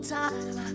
time